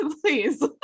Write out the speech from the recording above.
Please